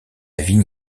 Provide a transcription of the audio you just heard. vigne